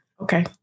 okay